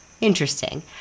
interesting